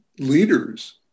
leaders